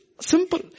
Simple